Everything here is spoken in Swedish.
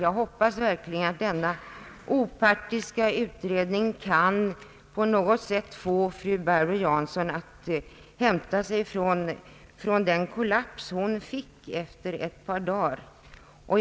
Jag hoppas verkligen att den opartiska utredning som här nämnts på något sätt kan få fru Barbro Jansson att hämta sig från den kollaps som hon fick ett par dagar efter intervjun.